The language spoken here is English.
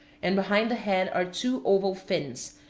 and behind the head are two oval fins,